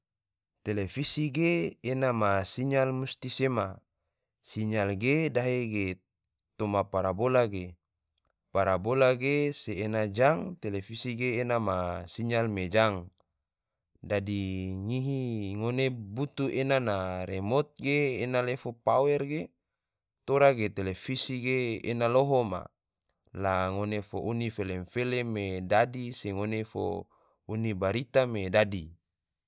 Televisi ge ena ma sinyal musti sema, sinyal ge dahe ge toma parabola ge, parabole ge se ena jang televisi ge ena ma sinyal me jang, dadi ngihi ngone butu ena na remot ge ena lefo pawer ge, tora ge televisi ge ena loho ma la ngone fo uni felem-felem me dadi se ngone fo uni barita me dadi